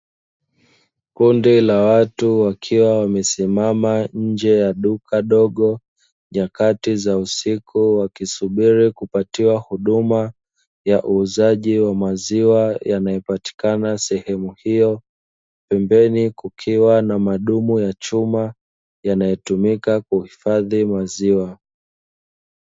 Kundi la watu wakiwa wamesimam nje ya duka dogo, nyakati za usiku, wakisubiri kupatiwa huduma ya uuzaji wa maziwa yanayo patikana sehemu hiyo, pembeni kukiwa na madumu ya chuma yanayotumika kuhifadhi maziwa.